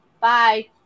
bye